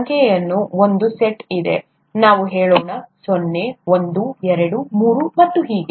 ಸಂಖ್ಯೆಗಳ ಒಂದು ಸೆಟ್ ಇದೆ ನಾವು ಹೇಳೋಣ 0 1 2 3 ಮತ್ತು ಹೀಗೆ